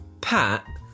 Pat